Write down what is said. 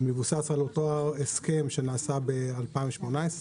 מבוסס על ההסכם שנעשה ב-2018,